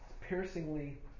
piercingly